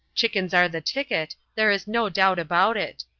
chickens are the ticket, there is no doubt about it.